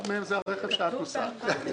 אחד מהם זה הרכב שאת נוסעת עליו.